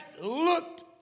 looked